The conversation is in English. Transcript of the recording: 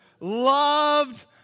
loved